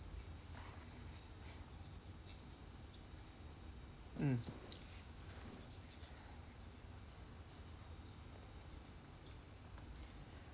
mm